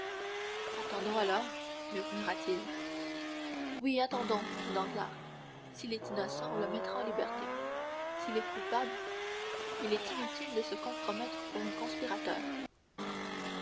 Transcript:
attendons alors murmura-t-il oui attendons dit danglars s'il est innocent on le mettra en liberté s'il est coupable il est inutile de se compromettre pour un conspirateur